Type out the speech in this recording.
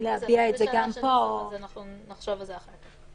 להביע את זה גם פה --- אם זו שאלה של ניסוח אז נחשוב על זה אחר כך.